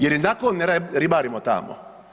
Jer i onako ne ribarimo tamo.